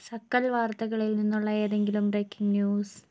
suckle വാർത്തകളിൽ നിന്നുള്ള ഏതെങ്കിലും ബ്രേക്കിംഗ് ന്യൂസ്